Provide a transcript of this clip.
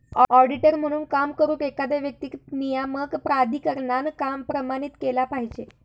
auditor म्हणून काम करुक, एखाद्या व्यक्तीक नियामक प्राधिकरणान प्रमाणित केला पाहिजे